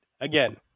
Again